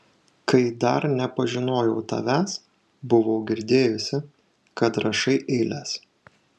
kai dar nepažinojau tavęs buvau girdėjusi kad rašai eiles